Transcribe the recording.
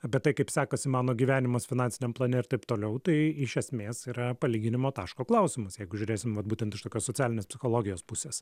apie tai kaip sekasi mano gyvenimas finansiniam plane ir taip toliau tai iš esmės yra palyginimo taško klausimas jeigu žiūrėsim vat būtent iš tokios socialinės psichologijos pusės